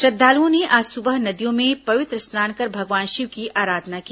श्रद्दाल्ओं ने आज सुबह नदियों में पवित्र स्नान कर भगवान शिव की आराधना की